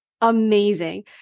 Amazing